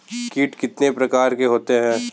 कीट कितने प्रकार के होते हैं?